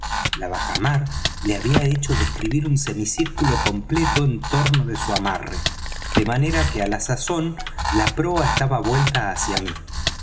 la bajamar le había hecho describir un semicírculo completo en torno de su amarre de manera que á la sazón la proa estaba vuelta hacia mí